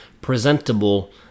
presentable